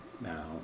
now